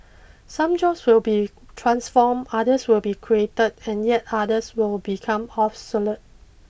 some jobs will be transformed others will be created and yet others will become obsolete